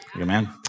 Amen